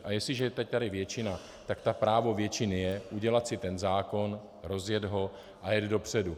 A jestliže je teď tady většina, tak to právo většiny je, udělat si zákon, rozjet ho a jet dopředu.